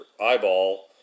eyeball